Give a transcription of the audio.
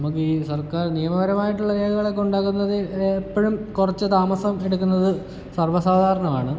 നമുക്ക് ഈ സർക്കാർ നിയമപരമായിട്ടൊള്ള രേഖകളൊക്കെ ഉണ്ടാക്കുന്നതിൽ എപ്പോഴും കുറച്ച് താമസം എടുക്കുന്നത് സർവ്വസാധാരമാണ്